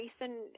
recent